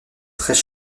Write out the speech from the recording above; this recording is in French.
très